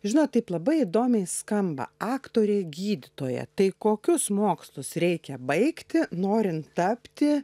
žinot taip labai įdomiai skamba aktorė gydytoja tai kokius mokslus reikia baigti norint tapti